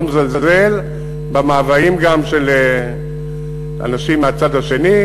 ואני לא מזלזל במאוויים גם של אנשים מהצד השני,